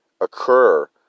occur